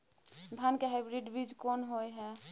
धान के हाइब्रिड बीज कोन होय है?